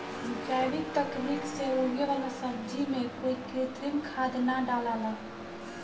जैविक तकनीक से उगे वाला सब्जी में कोई कृत्रिम खाद ना डलाला